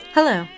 Hello